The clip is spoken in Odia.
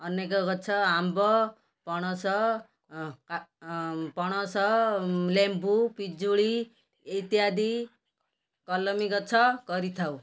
ଅନେକ ଗଛ ଆମ୍ବ ପଣସ ପଣସ ଲେମ୍ବୁ ପିଜୁଳି ଇତ୍ୟାଦି କଲମୀ ଗଛ କରିଥାଉ